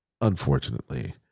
unfortunately